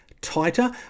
tighter